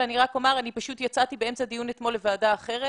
אני רק אומר אני פשוט יצאתי באמצע דיון אתמול לוועדה אחרת.